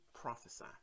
prophesy